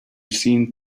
seen